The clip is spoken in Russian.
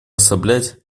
ослаблять